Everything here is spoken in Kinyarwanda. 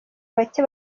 bake